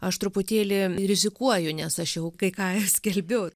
aš truputėlį rizikuoju nes aš jau kai ką ir skelbiu